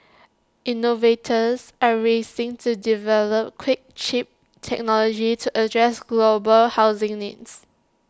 innovators are racing to develop quick cheap technology to address global housing needs